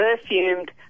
perfumed